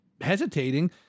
hesitating